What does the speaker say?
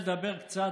על